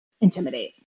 intimidate